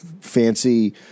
fancy